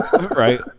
Right